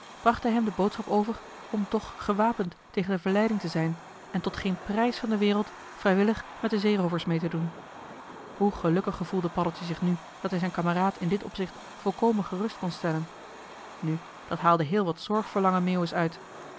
bracht hij hem de boodschap over om toch gewapend tegen de verleiding te zijn en tot geen prijs van de wereld vrijwillig met de zeeroovers mee te doen hoe gelukkig gevoelde paddeltje zich nu dat hij zijn kameraad in dit opzicht volkomen gerust kon stellen nu dat haalde heel wat zorg voor lange meeuwis uit